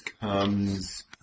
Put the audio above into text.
comes